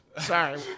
Sorry